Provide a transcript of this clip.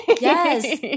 Yes